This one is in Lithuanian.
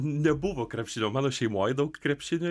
nebuvo krepšinio mano šeimoj daug krepšinio